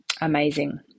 amazing